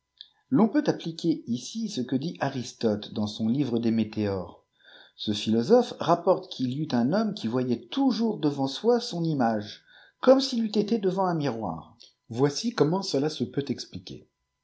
l'on peut appliquer ici ce que dit aristote dans son livre des météores ce philosophe rapporte qu'il y eut un homme qui voyait toujours devant soi son image comme s'il eût été devant un miroir voici comment cela se peut expliquer